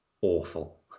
awful